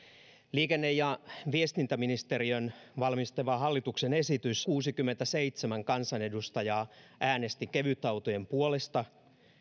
liikenne ja viestintäministeriön valmistelema hallituksen esitys kevytautoista hyväksyttiin eduskunnassa poikkeuksellisen suurin luvuin satakuusikymmentäseitsemän kansanedustajaa äänesti kevytautojen puolesta